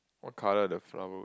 what color the flower